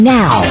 now